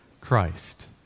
Christ